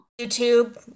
YouTube